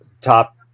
top